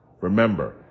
Remember